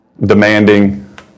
demanding